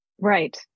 Right